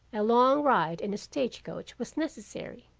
a long ride in a stage-coach was necessary,